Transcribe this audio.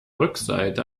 rückseite